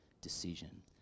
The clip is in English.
decision